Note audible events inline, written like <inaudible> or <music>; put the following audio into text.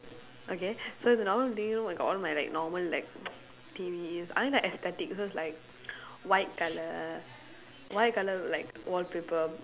okay so the normal living room I got all my like normal like <noise> T_V I like aesthetic so like white colour white colour like wallpaper